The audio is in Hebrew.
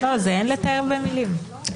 אין לתאר במילים.